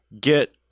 get